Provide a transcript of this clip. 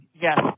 yes